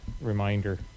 reminder